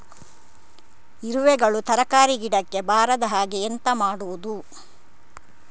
ಇರುವೆಗಳು ತರಕಾರಿ ಗಿಡಕ್ಕೆ ಬರದ ಹಾಗೆ ಎಂತ ಮಾಡುದು?